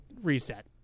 reset